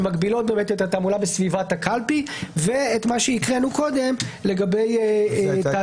שמגבילות את התעמולה בסביבת הקלפי ואת מה שקראנו קודם לגבי אסיפות.